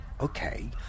Okay